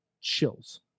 chills